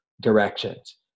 directions